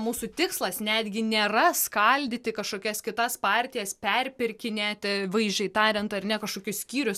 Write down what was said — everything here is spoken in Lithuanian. mūsų tikslas netgi nėra skaldyti kažkokias kitas partijas perpirkinėti vaizdžiai tariant ar ne kažkokius skyrius